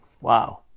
wow